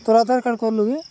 ତୋର ଆଧାର କାର୍ଡ଼ କଲୁ କି